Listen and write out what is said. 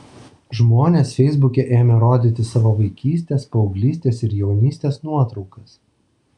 žmonės feisbuke ėmė rodyti savo vaikystės paauglystės ir jaunystės nuotraukas